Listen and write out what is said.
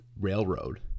railroad